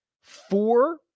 four